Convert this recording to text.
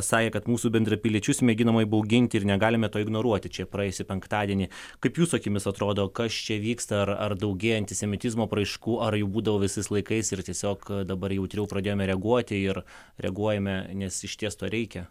sakė kad mūsų bendrapiliečius mėginama įbauginti ir negalime to ignoruoti čia praėjusį penktadienį kaip jūsų akimis atrodo kas čia vyksta ar ar daugėja antisemitizmo apraiškų ar jų būdavo visais laikais ir tiesiog dabar jautriau pradėjome reaguoti ir reaguojame nes išties to reikia